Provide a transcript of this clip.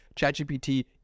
ChatGPT